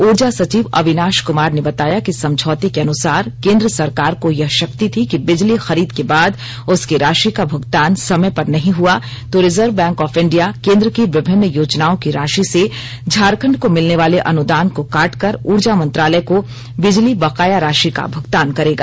उर्जा सचिव अविनाश कमार ने बताया कि समझौते के अनुसार केंद्र सरकार को यह शक्ति थी कि बिजली खरीद के बाद उसकी राशि का भुगतान समय पर नहीं हआ तो रिजर्व बैंक ऑफ इंडिया केंद्र की विभिन्न योजनाओं की राशि से झारखंड को मिलने वाले अनुदान को काटकर उर्जा मंत्रालय को बिजली बकाया राशि का भुगतान करेगा